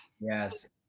Yes